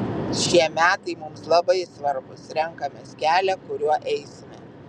šie metai mums labai svarbūs renkamės kelią kuriuo eisime